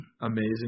amazing